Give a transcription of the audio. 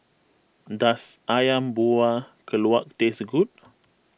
does Ayam Buah Keluak taste good